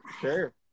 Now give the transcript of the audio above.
Sure